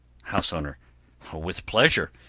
house owner with pleasure.